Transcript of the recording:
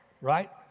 Right